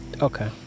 Okay